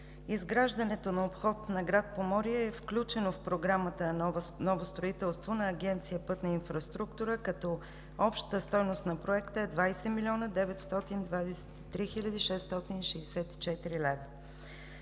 изграждането на обхода на град Поморие е включено в Програмата „Ново строителство“ на Агенция „Пътна инфраструктура“, като общата стойност на Проекта е 20 млн. 923 хил. 664 лв.